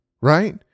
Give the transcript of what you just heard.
right